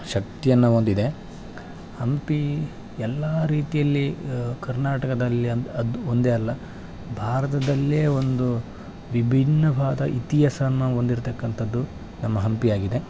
ಶಕ್ತಿಯನ್ನು ಒಂದಿದೆ ಹಂಪಿ ಎಲ್ಲಾ ರೀತಿಯಲ್ಲಿ ಕರ್ನಾಟಕದಲ್ಲಿ ಅಂತ ಅದು ಒಂದೇ ಅಲ್ಲ ಭಾರತದಲ್ಲೇ ಒಂದು ವಿಭಿನ್ನವಾದ ಇತಿಹಾಸವನ್ನ ಒಂದಿರ್ತಕ್ಕಂಥದ್ದು ನಮ್ಮ ಹಂಪಿಯಾಗಿದೆ